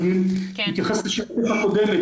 אני מתייחס לשאלה קודמת,